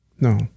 No